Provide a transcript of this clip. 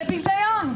זה ביזיון.